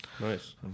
Nice